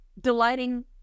delighting